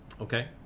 okay